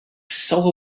soul